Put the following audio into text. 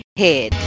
head